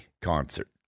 concert